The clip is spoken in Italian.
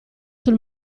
sul